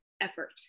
effort